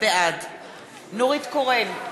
בעד נורית קורן,